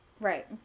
Right